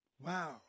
Wow